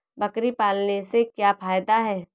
बकरी पालने से क्या फायदा है?